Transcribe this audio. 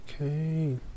okay